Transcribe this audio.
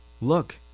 Look